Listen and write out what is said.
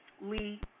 Lee